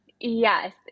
Yes